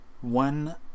one